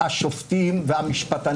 שאנחנו מקבלים כל רגע תמונות של מפגינים,